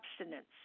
abstinence